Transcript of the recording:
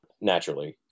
naturally